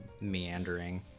meandering